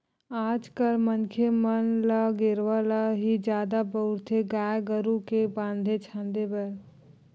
आज कल मनखे मन ल गेरवा ल ही जादा बउरथे गाय गरु के बांधे छांदे बर